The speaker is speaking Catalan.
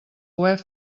web